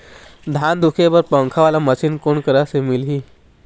धान धुके बर पंखा वाला मशीन कोन करा से मिलही?